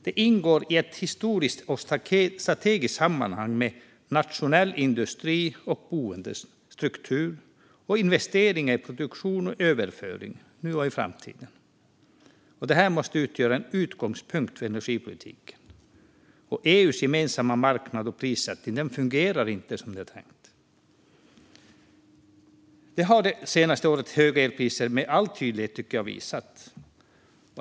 Den ingår i ett historiskt och strategiskt sammanhang med nationell industri och boendestruktur och investeringar i produktion och överföring, nu och i framtiden. Detta måste utgöra en utgångspunkt för energipolitiken. Att EU:s gemensamma marknad och prissättning inte fungerar som det är tänkt tycker jag att det senaste årets höga elpriser med all tydlighet har visat.